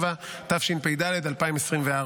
77), התשפ"ד 2024,